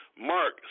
Mark